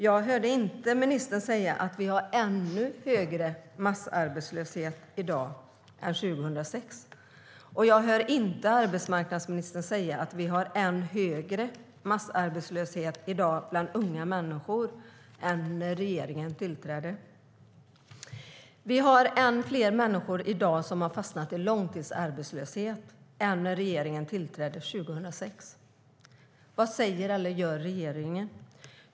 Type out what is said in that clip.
Jag hörde inte arbetsmarknadsministern säga att vi i dag har en ännu högre massarbetslöshet än 2006, och jag hörde henne inte säga att vi har en än högre massarbetslöshet i dag bland unga människor än när regeringen tillträdde. Vi har fler människor i dag som har fastnat i långtidsarbetslöshet än när regeringen tillträdde 2006. Vad säger eller gör regeringen?